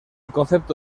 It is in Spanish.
concepto